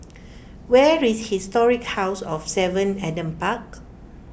where is Historic House of Seven Adam Park